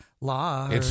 law